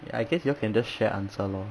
I guess you all can just share answer lor